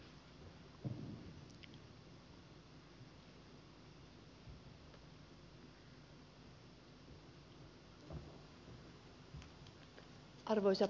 arvoisa puhemies